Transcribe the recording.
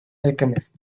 alchemist